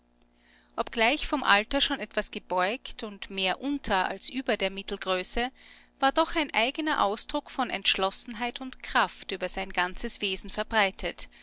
obgleich von alter schon etwas gebeugt und mehr unter als über der mittelgröße war doch ein eigener ausdruck von entschlossenheit und kraft über sein ganzes wesen verbreitet